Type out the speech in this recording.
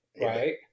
right